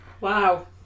wow